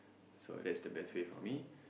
so that's the best way for me